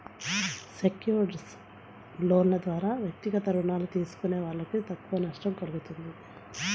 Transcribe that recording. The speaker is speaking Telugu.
సెక్యూర్డ్ లోన్ల ద్వారా వ్యక్తిగత రుణాలు తీసుకునే వాళ్ళకు తక్కువ నష్టం కల్గుతుంది